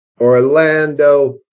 Orlando